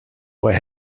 what